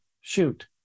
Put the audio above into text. shoot